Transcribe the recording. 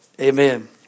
Amen